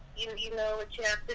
you know what yeah but